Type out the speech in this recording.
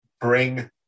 bring